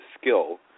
skill